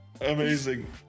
Amazing